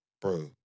bro